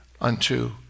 unto